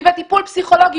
היא בטיפול פסיכולוגי.